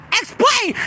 explain